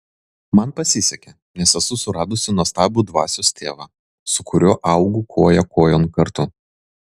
man pasisekė nes esu suradusi nuostabų dvasios tėvą su kuriuo augu koja kojon kartu